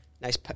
Nice